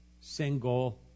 single